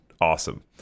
awesome